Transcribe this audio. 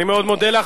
אני מאוד מודה לך.